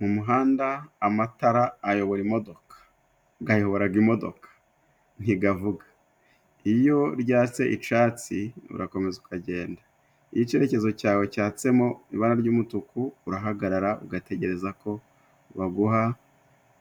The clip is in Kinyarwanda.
Mu muhanda amatara ayobora imodoka. Gayoboraga imodoka ntigavuga. Iyo ryatse icatsi urakomeza ukagenda. Igihe icyerekezo cyawe cyatsemo ibara ry'umutuku urahagarara, ugategereza ko baguha